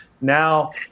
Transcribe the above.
Now